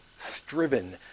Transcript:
striven